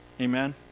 Amen